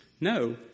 No